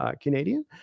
Canadian